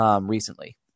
recently